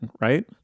right